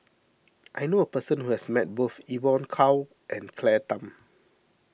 I knew a person who has met both Evon Kow and Claire Tham